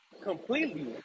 completely